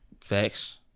Facts